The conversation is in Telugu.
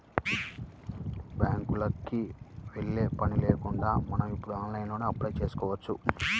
బ్యేంకుకి యెల్లే పని కూడా లేకుండా మనం ఇప్పుడు ఆన్లైన్లోనే అప్లై చేసుకోవచ్చు